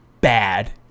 bad